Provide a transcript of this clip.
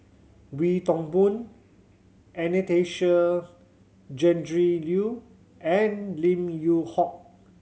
Wee Toon Boon Anastasia Tjendri Liew and Lim Yew Hock